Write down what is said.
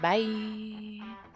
Bye